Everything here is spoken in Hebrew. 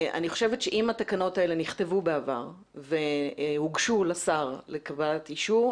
אני חושבת שאם התקנות האלה נכתבו בעבר והוגשו לשר לקבלת אישור,